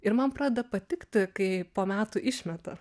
ir man pradeda patikti kai po metų išmeta